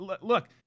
Look